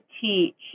teach